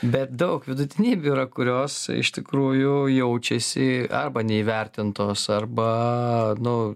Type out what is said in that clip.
bet daug vidutinybių yra kurios iš tikrųjų jaučiasi arba neįvertintos arba nu